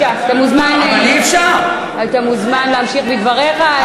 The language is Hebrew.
אתה מוזמן להמשיך בדבריך.